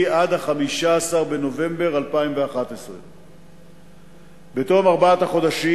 עד 15 בנובמבר 2011. בתום ארבעת החודשים